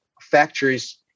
factories